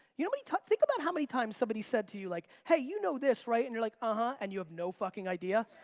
you know how many times think about how many times somebody's said to you, like, hey, you know this, right? and you're like, ah, huh, and you have no fucking idea?